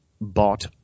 bought